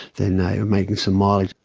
then you're making some mileage.